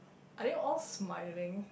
are they all smiling